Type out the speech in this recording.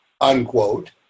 unquote